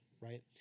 right